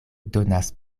donas